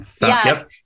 Yes